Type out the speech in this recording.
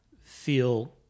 feel